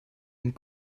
und